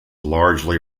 largely